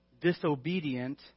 disobedient